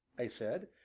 i said,